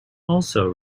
also